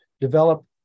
develop